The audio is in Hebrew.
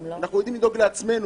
אנחנו יודעים לדאוג לעצמנו.